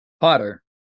potter